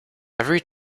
every